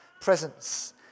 presence